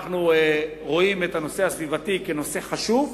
אנחנו רואים בנושא הסביבתי נושא חשוב,